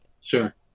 Sure